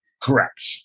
Correct